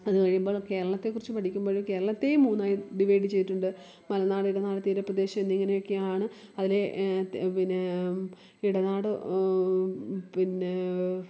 അതു കഴിയുമ്പോൾ കേരളത്തെക്കുറിച്ച് പഠിക്കുമ്പോഴും കേരളത്തെയും മൂന്നായി ഡിവൈഡ് ചെയ്തിട്ടുണ്ട് മലനാട് ഇടനാട് തീരപ്രദേശം എന്നിങ്ങനെയൊക്കെയാണ് അതിലെ പിന്നേ ഇടനാട് പിന്നേ